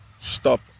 stop